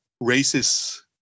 races